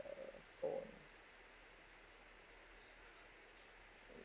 uh four